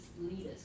leaders